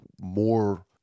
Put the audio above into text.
more